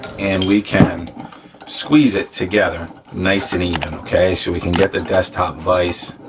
and we can squeeze it together nice and even okay? so we can get the desktop vice